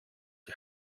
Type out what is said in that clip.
die